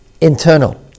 internal